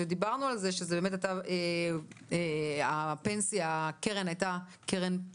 דיברנו על כך שזו הייתה קרן סוציאלית.